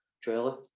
trailer